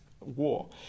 war